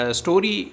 story